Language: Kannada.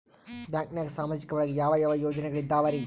ಬ್ಯಾಂಕ್ನಾಗ ಸಾಮಾಜಿಕ ಒಳಗ ಯಾವ ಯಾವ ಯೋಜನೆಗಳಿದ್ದಾವ್ರಿ?